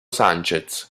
sanchez